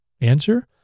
Answer